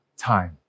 time